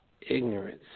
ignorance